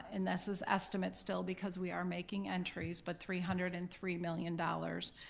and this is estimate still, because we are making entries, but three hundred and three million dollars.